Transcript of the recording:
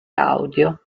audio